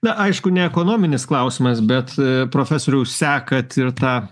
na aišku ne ekonominis klausimas bet profesoriau sekat ir tą